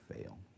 fail